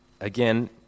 Again